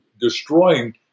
destroying